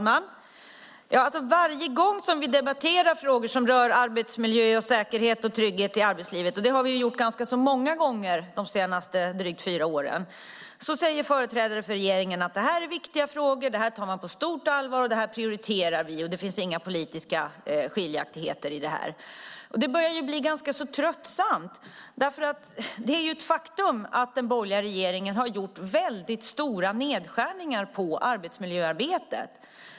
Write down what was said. Herr talman! Varje gång vi debatterar frågor som rör arbetsmiljö, säkerhet och trygghet i arbetslivet - det har vi gjort ganska många gånger under de senaste drygt fyra åren - säger företrädare för regeringen: Det här är viktiga frågor. Dem tar vi på stort allvar. Detta prioriterar vi. Det finns inga politiska skiljaktigheter. Det börjar bli rätt tröttsamt att höra det. Det är ju ett faktum att den borgerliga regeringen har gjort väldigt stora nedskärningar på arbetsmiljöarbetet.